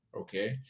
Okay